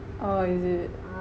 oh is it